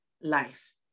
life